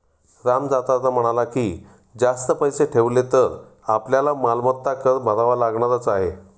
राम जाता जाता म्हणाला की, जास्त पैसे ठेवले तर आपल्याला मालमत्ता कर भरावा लागणारच आहे